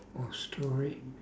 or story